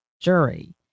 jury